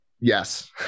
Yes